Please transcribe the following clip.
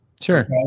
Sure